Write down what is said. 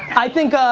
i think,